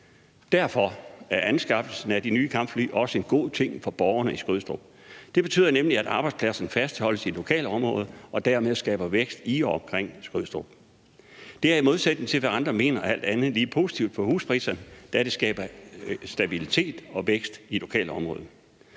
Derfor er anskaffelsen af de nye kampfly også en god ting for borgerne i Skrydstrup. Det betyder nemlig, at arbejdspladserne fastholdes i lokalområdet og dermed skaber vækst i og omkring Skrydstrup. Det er – i modsætning til, hvad andre mener – alt andet lige positivt for huspriserne, da det skaber stabilitet og vækst i lokalområdet.